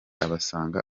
abasanga